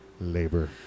labor